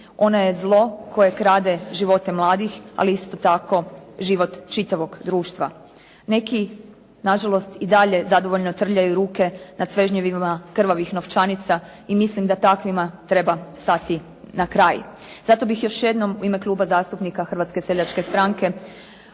Ona je zlo koje krade živote mladih ali isto tako život čitavog društva. Neki na žalost zadovoljno trljaju ruke nad svežnjevima krvavih novčanica i mislim da takvima treba stati na kraj. Zato bih još jednom u ime Kluba zastupnika Hrvatske seljačke stranke,